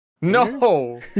No